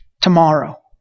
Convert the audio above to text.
tomorrow